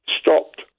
stopped